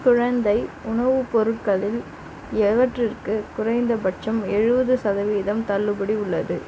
குழந்தை உணவு பொருட்களில் எவற்றுக்கு குறைந்தபட்சம் எழுபது சதவீதம் தள்ளுபடி உள்ளது